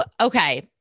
Okay